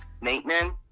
Maintenance